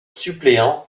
suppléant